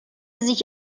sich